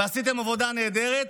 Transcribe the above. ועשיתם עבודה נהדרת,